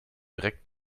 direkt